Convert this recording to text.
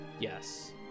Yes